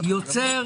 שיוצר